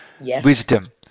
wisdom